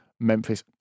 Memphis